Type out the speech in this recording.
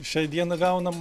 šiai dienai gaunam